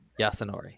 Yasunori